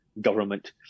government